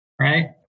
right